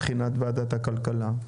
מבחינת ועדת הכלכלה.